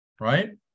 right